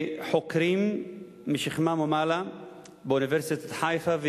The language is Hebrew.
חוקרים משכמם ומעלה באוניברסיטת חיפה,